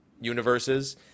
universes